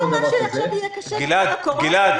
מה שעכשיו יהיה קשה זה בגלל הקורונה?